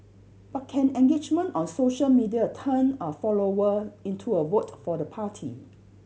but can engagement on social media turn a follower into a vote for the party